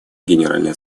генеральной